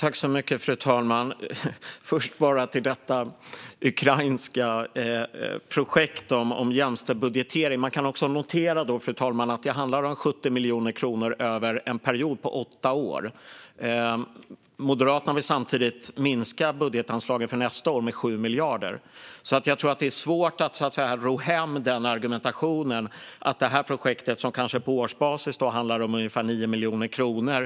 Fru talman! Först vill jag kommentera detta ukrainska projekt för jämställd budgetering. Man kan notera att det handlar om 70 miljoner kronor över en period på åtta år. Moderaterna vill samtidigt minska budgetanslaget för nästa år med 7 miljarder. Jag tror att det är svårt att ro hem den argumentationen. Det här projektet handlar på årsbasis om ungefär 9 miljoner kronor.